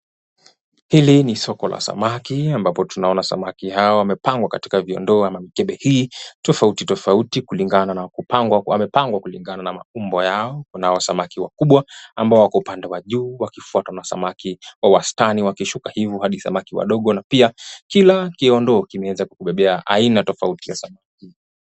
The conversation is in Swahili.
Hili ni soko la samaki ambapo tunaona samaki hawa wamepangwa katika viondoo ama mikebe hii tofauti tofauti wamepangwa kulingana na maumbo yao kunao samaki wakubwa ambao wako upande wa juu wakifuatwa na samaki wa wastani wakishuka hivo hadi samaki wadogo na pia kila kiondoo kimeweza kubebea aina tofauti za samaki.